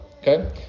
okay